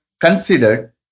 considered